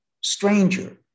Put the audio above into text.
stranger